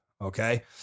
Okay